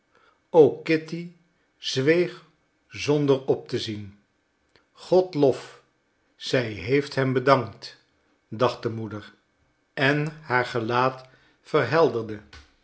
ook kitty zweeg zonder op te zien godlof zij heeft hem bedankt dacht de moeder en haar gelaat verhelderde